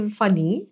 funny